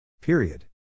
Period